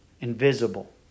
invisible